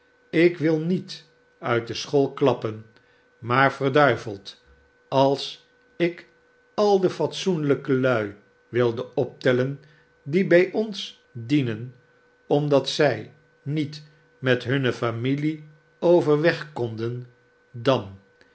ik wil niet uit de school klappen maar verduiveld als ik al de fatsoenlijke lui wilde optellen die bij ons dienen omdat zij niet met hunne familie over weg konden dan